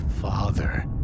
father